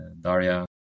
Daria